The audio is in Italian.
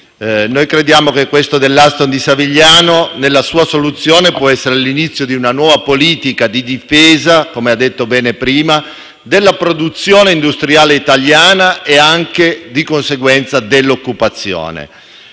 Noi crediamo che la questione dell'Alstom di Savigliano, nella sua soluzione, possa essere l'inizio di una nuova politica di difesa - come ha detto bene prima - della produzione industriale italiana e di conseguenza dell'occupazione.